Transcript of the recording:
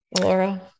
Laura